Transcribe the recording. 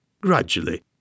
gradually